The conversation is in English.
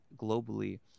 globally